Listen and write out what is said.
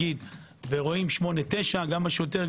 ורואים 8/9 גם השוטר,